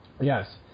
Yes